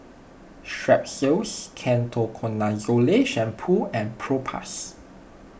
Strepsils Ketoconazole Shampoo and Propass